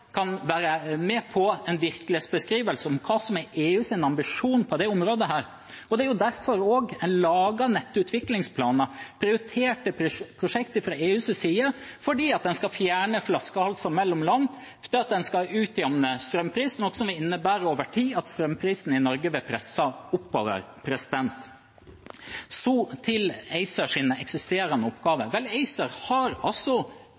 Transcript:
være med på en virkelighetsbeskrivelse av hva som er EUs ambisjon på dette området. Det er jo derfor man også lager nettutviklingsplaner, prioriterte prosjekter fra EUs side, fordi man skal fjerne flaskehalser mellom land og utjevne strømpriser, noe som over tid innebærer at strømprisene i Norge blir presset oppover. Så til ACERs eksisterende oppgave. ACER har altså